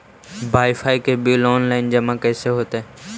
Wifi के bill online जमा कैसे होतै?